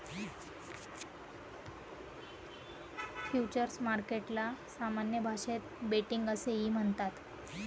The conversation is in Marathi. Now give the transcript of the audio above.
फ्युचर्स मार्केटला सामान्य भाषेत बेटिंग असेही म्हणतात